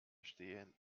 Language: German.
stehen